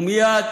הוא מייד